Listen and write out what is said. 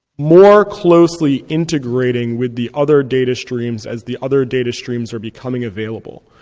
more closely integrating with the other data streams as the other data streams are becoming available.